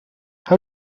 how